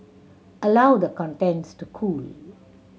allow the contents to cool